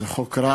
זה חוק רע,